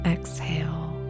Exhale